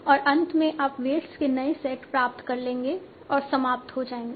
और अंत में आप वेट्स के नए सेट प्राप्त कर लेंगे और समाप्त हो जाएंगे